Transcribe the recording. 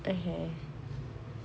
okay